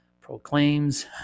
proclaims